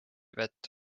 vett